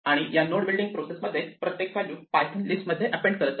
या node building प्रोसेसमध्ये आपण प्रत्येक व्हॅल्यू पायथन लिस्ट मध्ये अॅपेंड करत जातो